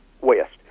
West